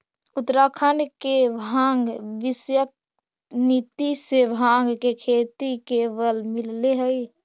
उत्तराखण्ड के भाँग विषयक नीति से भाँग के खेती के बल मिलले हइ